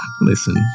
Listen